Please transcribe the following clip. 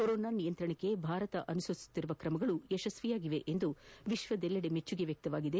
corona ನಿಯಂತ್ರಣಕ್ಕೆ ಭಾರತ ಅನುಸರಿಸುತ್ತಿರುವ ಕ್ರಮಗಳು ಯಶಸ್ತಿಯಾಗಿವೆ ಎಂದು ವಿಶ್ವದೆಲ್ಲೆದೆ ಮೆಚ್ಚುಗೆ ವ್ಯಕ್ತವಾಗಿದೆ